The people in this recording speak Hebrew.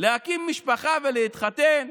להקים משפחה ולהתחתן.